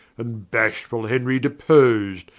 and bashfull henry depos'd,